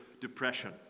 depression